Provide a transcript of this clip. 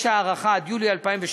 יש הארכה עד יולי 2017,